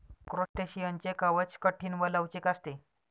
क्रस्टेशियनचे कवच कठीण व लवचिक असते